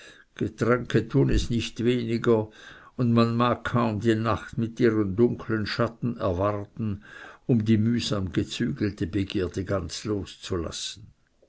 getränke tun es nicht weniger und man mag kaum die nacht mit ihren dunkeln schatten erwarten um die mühsam gezügelte begierde ganz loszulassen